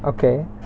okay